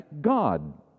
God